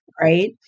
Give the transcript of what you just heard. right